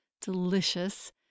delicious